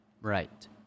Right